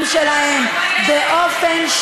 באייר.